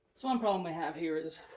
so one problem i have here is,